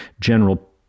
general